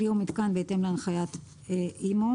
כלי או מיתקן בהתאם להנחיית אימ"ל